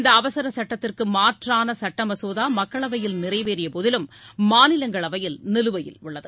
இந்த அவசர சுட்டத்திற்கு மாற்றான சுட்ட மசோதா மக்களவையில் நிறைவேறிய போதிலும் மாநிலங்களவையில் நிலுவையில் உள்ளது